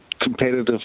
competitive